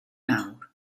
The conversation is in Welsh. nawr